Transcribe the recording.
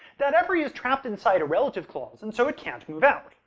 that every is trapped inside a relative clause, and so it can't move out.